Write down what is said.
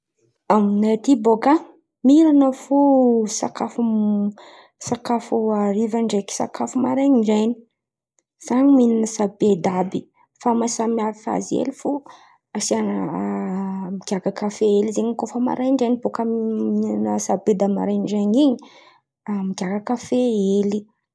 Aminay aty bôka, miran̈a fo sakafo sakafo hariva, ndraiky sakafo marandrain̈y, samby mihin̈ana sabeda àby. Fa maha samy hafa azy ely fo, asian̈a migiaka kafe ely zen̈y koa fa marandrain̈y. Bôka mihin̈ana sabedy marandrain̈y in̈y a- migiaka kafe ely.